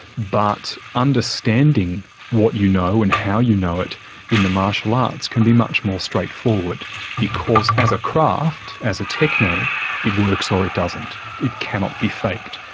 but understanding what you know and how you know it in the martial arts can be much more straightforward because as a craft, as a techne, it works or it doesn't. it cannot be faked.